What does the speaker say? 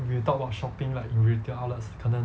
if you talk about shopping like in retail outlets 可能